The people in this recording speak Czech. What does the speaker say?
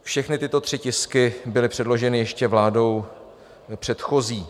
Všechny tyto tři tisky byly předloženy ještě vládou předchozí.